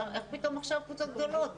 איך פתאום עכשיו כיתות גדולות?